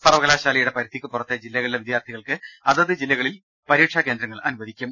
സർവകലാശാലയുടെ പരിധിക്ക് പുറത്തെ ജില്ലകളിലെ വിദ്യാർത്ഥികൾക്ക് അതത് ജില്ലകളിൽ പരീക്ഷാകേന്ദ്രങ്ങൾ അനുവദിക്കും